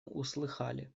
услыхали